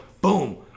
Boom